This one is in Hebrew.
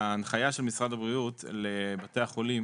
ההנחיה של משרד הבריאות לבתי החולים